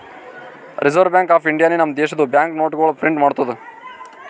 reserve bank of ಇಂಡಿಯಾನೆ ನಮ್ ದೇಶದು ಬ್ಯಾಂಕ್ ನೋಟ್ಗೊಳ್ ಪ್ರಿಂಟ್ ಮಾಡ್ತುದ್